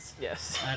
Yes